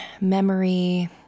memory